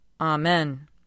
Amen